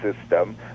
system